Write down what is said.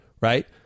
Right